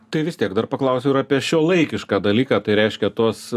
tai vis tiek dar paklausiu ir apie šiuolaikišką dalyką tai reiškia tos